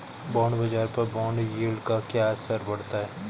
Bond बाजार पर bond yield का क्या असर पड़ता है?